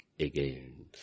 again